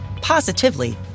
positively